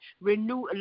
Renew